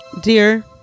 Dear